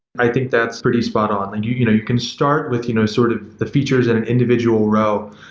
i think that's pretty spot on, and you you know can start with you know sort of the features in an individual row.